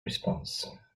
response